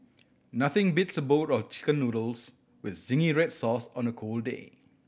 nothing beats a bowl of Chicken Noodles with zingy red sauce on a cold day